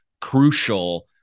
crucial